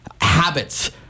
habits